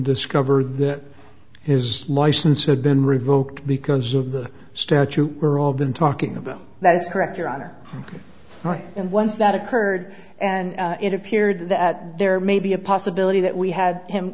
discover that his license had been revoked because of the statue were all been talking about that is correct your honor and once that occurred and it appeared that there may be a possibility that we had him